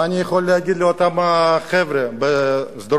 מה אני יכול להגיד לאותם החבר'ה בשדרות-רוטשילד?